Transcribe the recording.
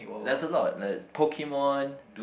that's a lot like Pokemon